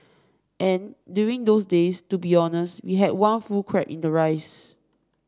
and during those days to be honest we had one full crab in the rice